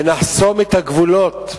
ונחסום את הגבולות,